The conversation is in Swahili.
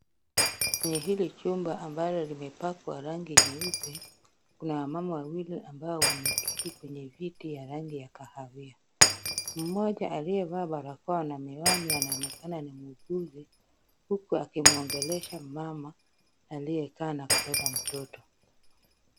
Ndani ya hili chumba ambalo limepakwa rangi nyeupe, kuna wamama wawili ambao wameketi kwenye viti ya rangi ya kahawia. Mmoja aliyevalia miwani na barakoa anaonekana ni muuguzi, huku akimwongelesha mama aliyekaa na kubeba mtoto.